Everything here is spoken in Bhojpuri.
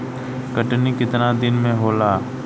कटनी केतना दिन में होला?